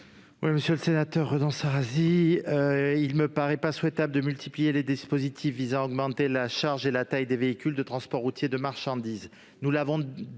? Monsieur le sénateur Redon-Sarrazy, il ne me paraît pas souhaitable de multiplier les dispositifs visant à augmenter la charge et la taille des véhicules de transport routier de marchandises.